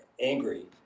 angry